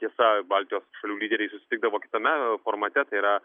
tiesa baltijos šalių lyderiai susitikdavo kitame formate tai yra